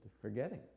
forgetting